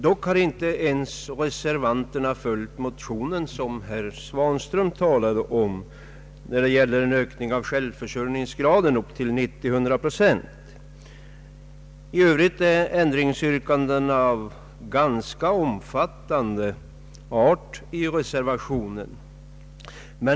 Dock har inte ens reservanterna följt den motion som herr Svanström talade om när det gäller ök Ändringsyrkandena i reservationen är ganska omfattande.